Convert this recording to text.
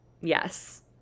Yes